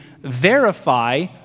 verify